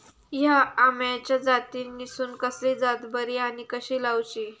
हया आम्याच्या जातीनिसून कसली जात बरी आनी कशी लाऊची?